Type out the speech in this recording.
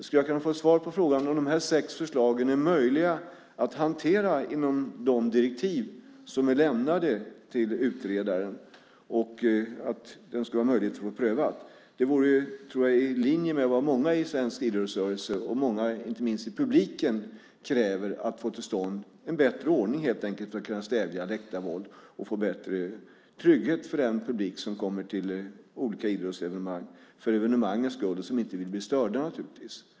Skulle jag kunna få ett svar på frågan om de här sex förslagen är möjliga att hantera inom de direktiv som är lämnade till utredaren för att få en möjlighet att få dem prövade? Jag tror att det vore i linje med vad många i svensk idrottsrörelse och vad många i publiken kräver att få till stånd. Det handlar helt enkelt om en bättre ordning för att kunna stävja läktarvåld och få bättre trygghet för den publik som kommer till olika idrottsevenemang för evenemangens skull och som inte vill bli störda.